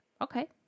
Okay